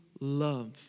love